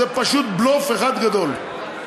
זה פשוט בלוף אחד גדול.